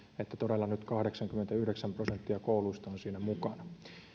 että nyt kahdeksankymmentäyhdeksän prosenttia kouluista on siinä mukana